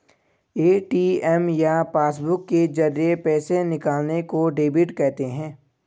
ATM या passbook के जरिये पैसे निकालने को डेबिट कहते हैं